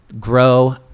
grow